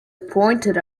pointed